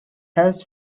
has